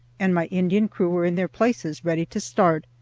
and my indian crew were in their places ready to start,